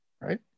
Right